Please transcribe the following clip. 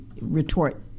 retort